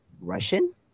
Russian